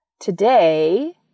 Today